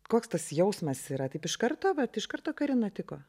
koks tas jausmas yra taip iš karto vat iš karto karina tiko